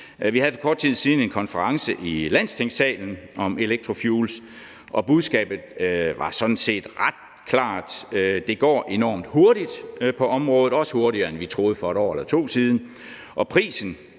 Vi havde for kort tid siden en konference i Landstingssalen om electrofuels, og budskabet var sådan set ret klart: Det går enormt hurtigt på området, også hurtigere, end vi troede for 1 år eller 2 år siden,